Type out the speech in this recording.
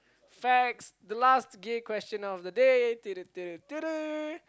facts the last gay question of the day